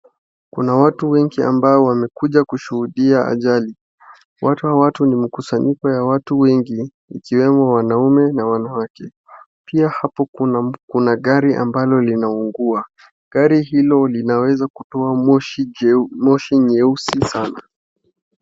Kuna watu wengi ambao wamekuja kushuhudia ajali. Watu hawa watu ni mkusanyiko ya watu wengi ikiwemo wanaume na wanawake. Pia hapo kuna gari ambalo linaungua, gari hilo linaweza kutoa moshi nyeusi sana.